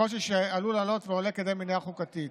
קושי שעלול לעלות ועולה כדי מניעה חוקתית,